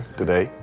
today (